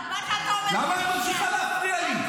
מה שאתה אומר --- למה את ממשיכה להפריע לי?